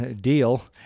deal